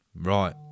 Right